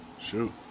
shoot